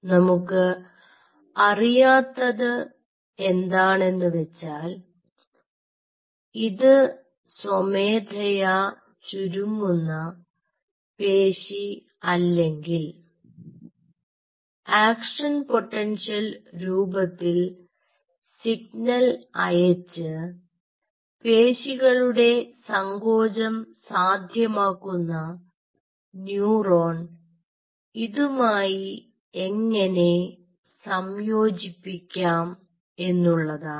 നമുക്ക് അറിയാത്തത് എന്താണെന്നുവെച്ചാൽ ഇത് സ്വമേധയാ ചുരുങ്ങുന്ന പേശി അല്ലെങ്കിൽ ആക്ഷൻ പൊട്ടൻഷ്യൽ രൂപത്തിൽ സിഗ്നൽ അയച്ച് പേശികളുടെ സങ്കോചം സാധ്യമാക്കുന്ന ന്യൂറോൺ ഇതുമായി എങ്ങനെ സംയോജിപ്പിക്കാം എന്നുള്ളതാണ്